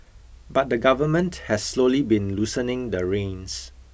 but the Government has slowly been loosening the reins